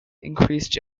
increased